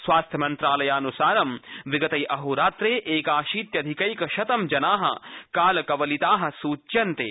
स्वास्थ्यमन्त्रालयानुसार बिगते अहोरात्रे एकाशीत्यधिकै एकशते जना कालकवलिता सूच्यन्ते